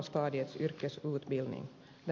det här är bra